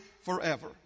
forever